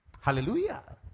Hallelujah